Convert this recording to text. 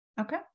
Okay